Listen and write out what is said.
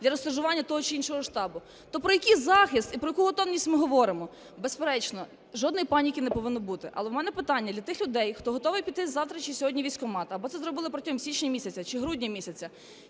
для розташування того чи іншого штабу? То про який захист і про яку готовність ми говоримо? Безперечно, жодної паніки не повинно бути. Але у мене питання для тих людей, хто готовий піти завтра чи сьогодні у військкомат, або це зробили протягом січня місяця чи грудня